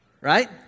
right